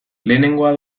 lehenengoa